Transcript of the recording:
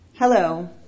Hello